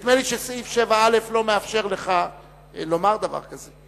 נדמה לי שסעיף 7א לא מאפשר לך לומר דבר כזה.